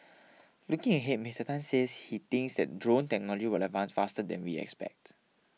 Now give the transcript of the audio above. looking ahead Mister Tan says he thinks that drone technology will advance faster than we expect